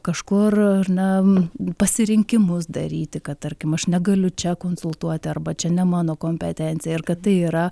kažkur ar ne pasirinkimus daryti kad tarkim aš negaliu čia konsultuoti arba čia ne mano kompetencija ir kad tai yra